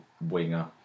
winger